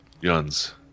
Yun's